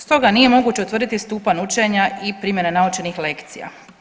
Stoga nije moguće utvrditi stupanj učenja i primjena naučenih lekcija.